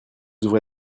ouvrez